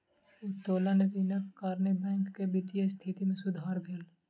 उत्तोलन ऋणक कारणेँ बैंक के वित्तीय स्थिति मे सुधार भेल